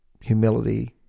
humility